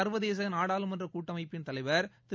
சர்வதேச நாடாளுமன்ற கூட்டமைப்பின் தலைவர் திரு